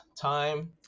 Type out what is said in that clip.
time